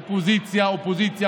אופוזיציה אופוזיציה,